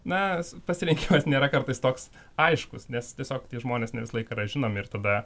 na pasirinkimas nėra kartais toks aiškus nes tiesiog tie žmonės ne visą laiką yra žinomi ir tada